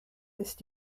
ist